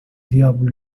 diabo